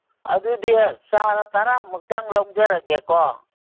ꯑꯗꯨꯗꯤ ꯆꯥꯔ ꯇꯔꯥꯃꯨꯛꯇꯪ ꯂꯧꯖꯔꯒꯦꯀꯣ